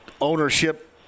ownership